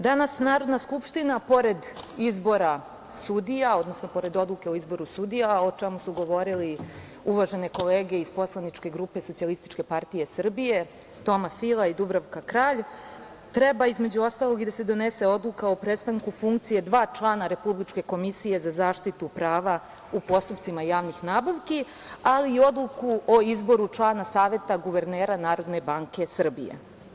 Danas Narodna skupština, pored izbora sudija, odnosno pored Odluke o izboru sudija, a o čemu su govorile uvažene kolege iz poslaničke grupe SPS Toma Fila i Dubravka Kralj, treba da donese Odluku o prestanku funkcije dva člana Republičke komisije za zaštitu prava u postupcima javnih nabavki, ali i Odluku o izboru člana Saveta guvernera Narodne banke Srbije.